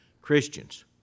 Christians